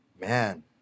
Man